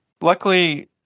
Luckily